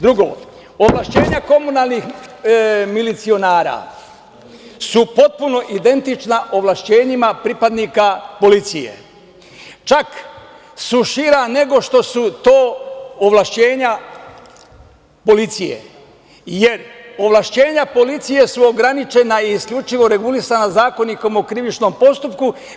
Drugo, ovlašćenja komunalnih milicionara su potpuno identična ovlašćenjima pripadnika policije, čak su šira nego što su to ovlašćenja policije, jer ovlašćenja policije su ograničena i isključivo regulisana Zakonikom o krivičnom postupku.